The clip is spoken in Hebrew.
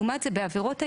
לעומת זה בעבירות הירי,